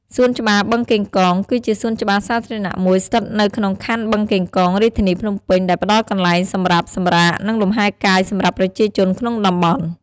សួនច្បារបឹងកេងកង គឺជាសួនច្បារសាធារណៈមួយស្ថិតនៅក្នុងខណ្ឌបឹងកេងកង រាជធានីភ្នំពេញ ដែលផ្តល់កន្លែងសម្រាប់សម្រាក និងលំហែកាយសម្រាប់ប្រជាជនក្នុងតំបន់។